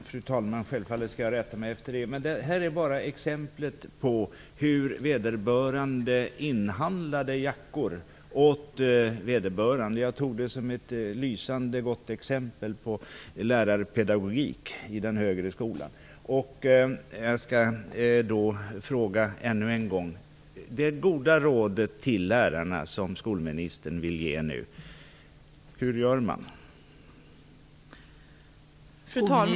Fru talman! Självfallet skall jag rätta mig efter det. Vad jag ville säga var bara att en rektor i det här fallet inhandlade jackor åt eleverna, något som jag tog som ett lysande exempel på lärarpedagogik i den högre skolan. Jag vill än en gång ställa mina frågor till statsrådet. Vilket är det goda råd som skolministern nu vill ge till lärarna? Hur skall de göra?